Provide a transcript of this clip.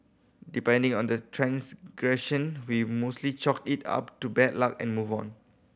depending on the transgression we mostly chalk it up to bad luck and move on